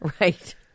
Right